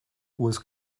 was